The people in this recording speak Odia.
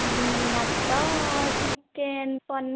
ଭାତ ଚିକେନ ପନିର